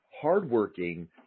hardworking